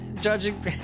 Judging